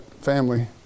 family